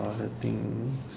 all the thing